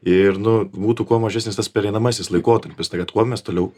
ir nu būtų kuo mažesnis tas pereinamasis laikotarpis tai kad kuo mes toliau